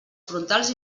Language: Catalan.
frontals